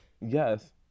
Yes